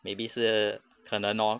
maybe 是可能 lor